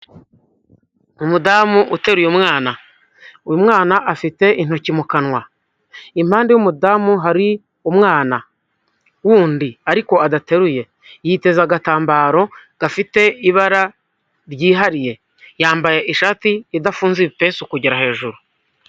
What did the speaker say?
Umudamu uteruye umwana, uyu mwana afite intoki mu kanwa, impande y'umudamu hari umwana wundi ariko adateruye, yiteze agatambaro gafite ibara ryihariye, yambaye ishati idafunze ibipesu kugera hejuru.